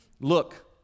Look